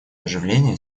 оживление